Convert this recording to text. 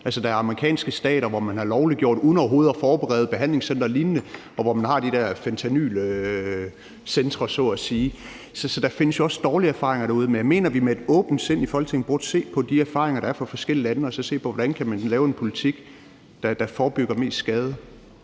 der er amerikanske stater, hvor man har lovliggjort uden overhovedet at forberede behandlingscentre og lignende, og hvor man har de der fentanylcentre så at sige. Så der findes jo også dårlige erfaringer derude. Men jeg mener, at vi med et åbent sind i Folketinget burde se på de erfaringer, der er fra forskellige lande, og så se på, hvordan man kan lave en politik, der forebygger mest skade